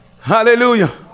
Hallelujah